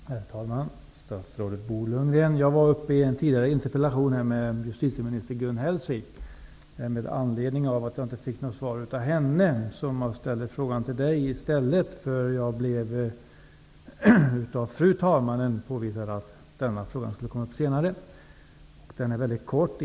Herr talman! Jag var, statsrådet Bo Lundgren, uppe i en interpellationsdebatt tidigare här med justitieminister Gun Hellsvik. Med anledning av att jag inte fick något svar från henne ställer jag i stället samma fråga till statsrådet Bo Lundgren. Jag blev nämligen av fru talmannen informerad om att denna interpellation skulle komma upp senare. Min fråga är väldigt kort.